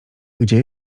gdzie